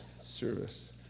service